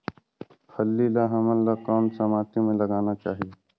फल्ली ल हमला कौन सा माटी मे लगाना चाही?